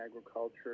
agriculture